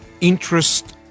interest